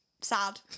sad